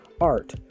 art